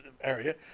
area